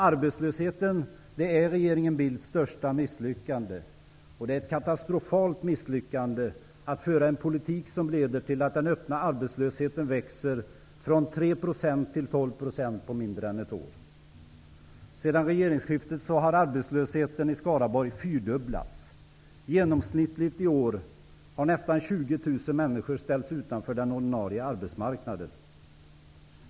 Arbetslösheten är regeringen Bildts största misslyckande, och det är ett katastrofalt misslyckande att föra en politik som leder till att den öppna arbetslösheten växer från 3 % till 12 % på mindre än ett år. Sedan regeringsskiftet har arbetslösheten i Skaraborg fyrdubblats. Genomsnittligt i år har nästan 20 000 människor ställts utanför den ordinarie arbetsmarknaden.